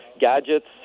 gadgets